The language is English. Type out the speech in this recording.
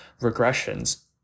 regressions